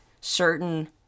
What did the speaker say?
certain